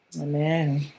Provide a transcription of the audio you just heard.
Amen